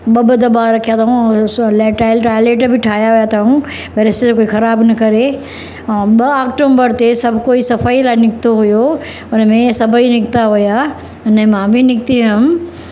ॿ ॿ दबा रखया अथऊं लैटाइल टॉयलेट बि ठाहिया अथऊं भई रस्ते जो बि ख़राब न करे ऐं ॿ आक्टूंबर ते सभु कोई सफ़ाई लाइ निकितो हुयो हुनमें सभई निकिता हुया हुने मां बि निकिती हुयमि